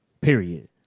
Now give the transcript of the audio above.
period